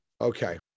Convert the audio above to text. okay